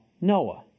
Noah